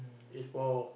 is for